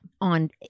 on